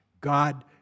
God